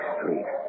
Street